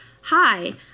Hi